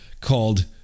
called